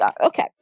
Okay